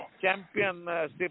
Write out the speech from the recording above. championship